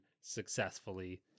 successfully